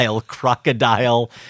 crocodile